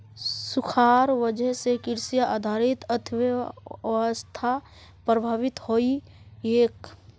सुखार वजह से कृषि आधारित अर्थ्वैवास्था प्रभावित होइयेह